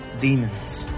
demons